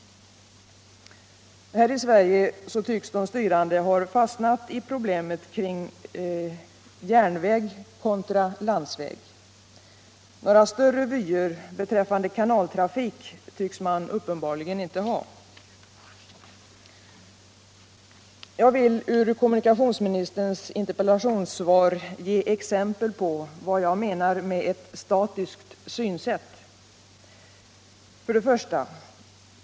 Här i Sverige tycks de styrande ha fastnat i problemet järnväg kontra landsväg. Några större vyer beträffande kanaltrafik tycks man uppenbarligen inte ha. Jag vill ur kommunikationsministerns interpellationssvar ge exempel på vad jag menar med ett statiskt synsätt. 1.